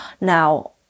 Now